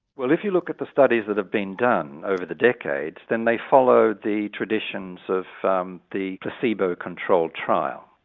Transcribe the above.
well if you look at the studies that have been done over the decades then they followed the traditions of um the placebo controlled trial.